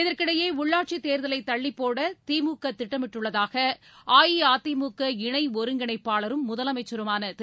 இதற்கிடையே உள்ளாட்சித் தேர்தலை தள்ளிப் போட திமுக திட்டமிட்டுள்ளதாக அஇஅதிமுக இணை ஒருங்கிணைப்பாளரும் முதலமைச்சருமான திரு